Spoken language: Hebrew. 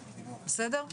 בסדר?